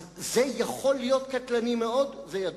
אז זה יכול להיות קטלני מאוד, זה ידוע.